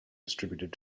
distributed